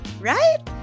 right